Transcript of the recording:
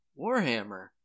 Warhammer